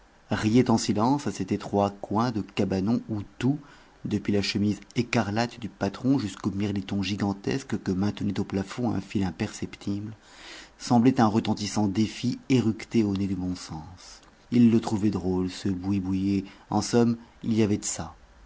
riaient en silence à cet étroit coin de cabanon où tout depuis la chemise écarlate du patron jusqu'au mirliton gigantesque que maintenait au plafond un fil imperceptible semblait un retentissant défi éructé au nez du bon sens ils le trouvaient drôle ce boui boui et en somme il y avait de ça